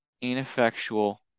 ineffectual